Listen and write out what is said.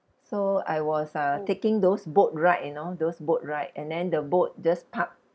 so I was uh taking those boat ride you know those boat ride and then the boat just parked